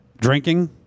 drinking